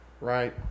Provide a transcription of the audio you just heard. right